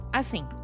assim